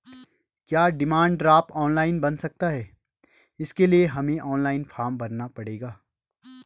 क्या demand draft online बन सकता है इसके लिए हमें ऑनलाइन फॉर्म भरना पड़ेगा?